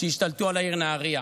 שהשתלטו על העיר נהריה.